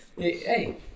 Hey